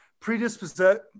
predisposed